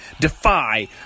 Defy